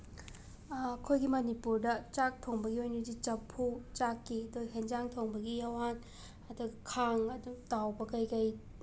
ꯑꯩꯈꯣꯏꯒꯤ ꯃꯅꯤꯄꯨꯔꯗ ꯆꯥꯛ ꯊꯣꯡꯕꯒꯤ ꯑꯣꯏꯅꯗꯤ ꯆꯐꯨ ꯆꯥꯛꯀꯤꯗꯣ ꯑꯦꯟꯁꯥꯡ ꯊꯣꯡꯕꯒꯤ ꯑꯋꯥꯠ ꯑꯗ ꯈꯥꯡ ꯑꯗꯨꯝ ꯇꯥꯎꯕ ꯀꯩꯀꯩ